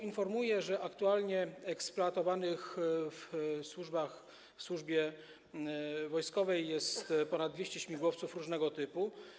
Informuję, że aktualnie eksploatowanych w służbie wojskowej jest ponad 200 śmigłowców różnego typu.